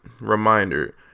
reminder